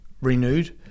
renewed